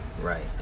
right